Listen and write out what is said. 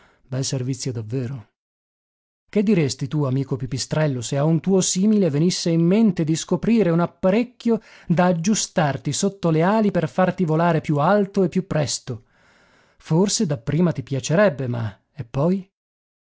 bel servizio davvero che diresti tu amico pipistrello se a un tuo simile venisse in mente di scoprire un apparecchio da aggiustarti sotto le ali per farti volare più alto e più presto forse dapprima ti piacerebbe ma e poi